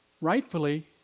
rightfully